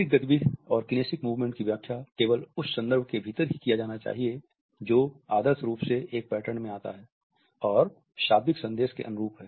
शारीरिक गति विधि और किनेसिक मूवमेंट्स की व्याख्या केवल उस संदर्भ के भीतर ही किया जाना चाहिए जो आदर्श रूप से एक पैटर्न में आता है और शाब्दिक संदेश के अनुरूप है